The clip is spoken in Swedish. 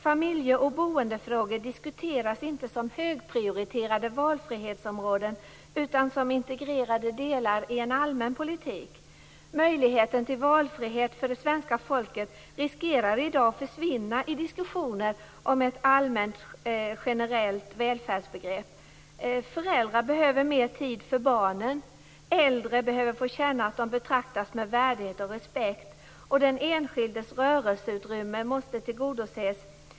Familje och boendefrågor diskuteras inte som högprioriterade valfrihetsområden utan som integrerade delar i en allmän politik. Möjligheten till valfrihet för det svenska folket riskerar i dag att försvinna i diskussioner om ett allmänt, generellt välfärdsbegrepp. Föräldrar behöver mer tid för barnen. Äldre behöver få känna värdighet och att de betraktas med och respekt. Den enskildes rörelseutrymme måste tillgodoses.